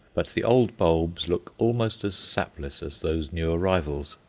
but the old bulbs look almost as sapless as those new arrivals.